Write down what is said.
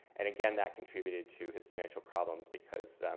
and, again that contributed to his financial problems because